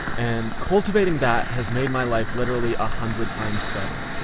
and cultivating that has made my life literally a hundred times better.